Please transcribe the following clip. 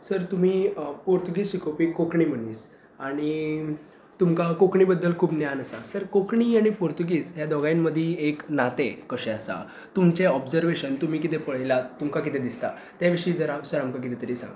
sir तुमी Portuguese शिकोवपी कोंकणी मनीस आनी तुमकां कोंकणी बद्दल खूब ज्ञान आसा सर कोंकणी आनी पुर्तुगीज ह्या दोनांय मदीं एक नातें कशें आसा तुमचें ओबजर्वेशन तुमी कितें पळयलां तुमकां कितें दिसता तें विशीं जरा आमकां कितें तरी सांंग